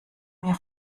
mir